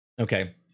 Okay